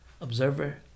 observer